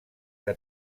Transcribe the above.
que